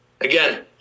again